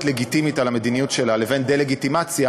לגיטימית על המדיניות שלה לבין דה-לגיטימציה,